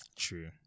true